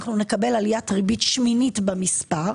נקבל עליית ריבית שמינית במספר,